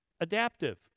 adaptive